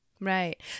Right